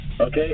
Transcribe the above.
okay